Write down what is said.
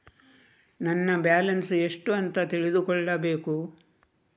ನನ್ನ ಬ್ಯಾಲೆನ್ಸ್ ಎಷ್ಟು ಅಂತ ತಿಳಿದುಕೊಳ್ಳಬೇಕು?